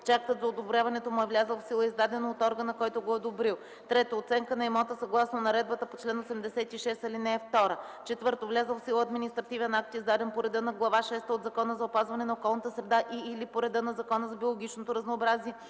актът за одобряването му е влязъл в сила, издадено от органа, който го е одобрил; 3. оценка на имота, съгласно наредбата по чл. 86, ал. 2; 4. влязъл в сила административен акт, издаден по реда на глава шеста от Закона за опазване на околната среда и/или по реда на Закона за биологичното разнообразие